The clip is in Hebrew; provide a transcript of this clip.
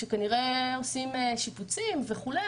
שכנראה עושים שיפוצים וכו',